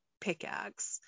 pickaxe